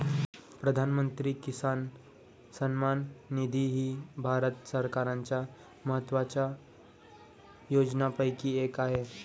प्रधानमंत्री किसान सन्मान निधी ही भारत सरकारच्या महत्वाच्या योजनांपैकी एक आहे